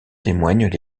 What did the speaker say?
témoignent